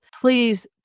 Please